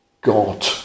God